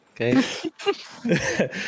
okay